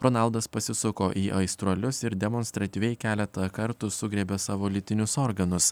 ronaldas pasisuko į aistruolius ir demonstratyviai keletą kartų sugriebė savo lytinius organus